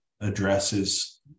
addresses